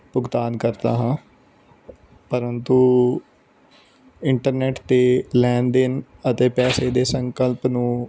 ਭੁਗਤਾਨ ਕਰਤਾ ਹਾਂ ਪਰੰਤੂ ਇੰਟਰਨੈਟ 'ਤੇ ਲੈਣ ਦੇਣ ਅਤੇ ਪੈਸੇ ਦੇ ਸੰਕਲਪ ਨੂੰ